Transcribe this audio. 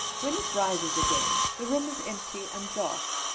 when it rises again, the room is empty and dark,